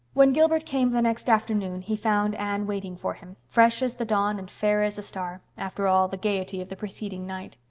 when gilbert came the next afternoon he found anne waiting for him, fresh as the dawn and fair as a star, after all the gaiety of the preceding night.